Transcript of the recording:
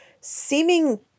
seeming